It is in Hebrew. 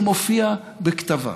זה מופיע בכתביו.